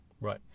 Right